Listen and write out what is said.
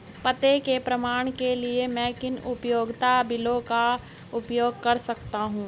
पते के प्रमाण के लिए मैं किन उपयोगिता बिलों का उपयोग कर सकता हूँ?